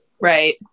Right